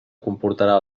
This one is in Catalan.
comportarà